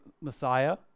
Messiah